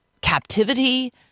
captivity